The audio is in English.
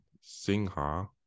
Singha